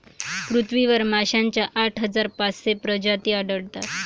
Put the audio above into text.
पृथ्वीवर माशांच्या आठ हजार पाचशे प्रजाती आढळतात